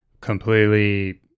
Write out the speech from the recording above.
completely